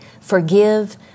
forgive